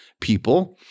people